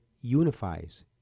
unifies